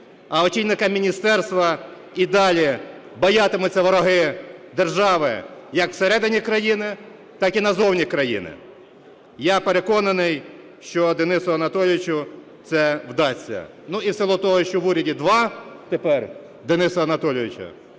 А очільника міністерства і далі боятимуться вороги держави, як всередині країни, так і назовні країни. Я переконаний, що Денису Анатолійовичу це вдасться. Ну, і в силу того, що в уряді два тепер Дениси Анатолійовичі,